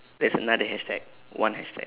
there's another hashtag one hashtag